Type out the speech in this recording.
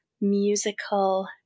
musical